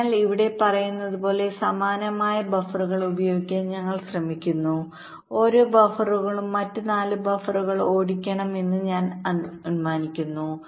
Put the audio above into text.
അതിനാൽ ഇവിടെ പറയുന്നതുപോലെ സമാനമായ ബഫറുകൾ ഉപയോഗിക്കാൻ ഞങ്ങൾ ശ്രമിക്കുന്നു ഓരോ ബഫറും മറ്റ് 4 ബഫറുകൾ ഓടിക്കുമെന്ന് ഞാൻ അനുമാനിക്കുന്നു